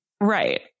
Right